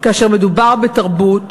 כאשר מדובר בתרבות,